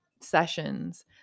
sessions